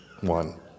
one